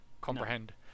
comprehend